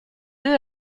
deux